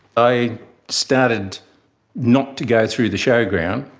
i started not to go through the showground.